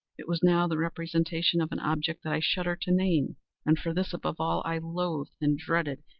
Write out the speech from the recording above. it was now the representation of an object that i shudder to name and for this, above all, i loathed, and dreaded,